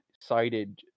cited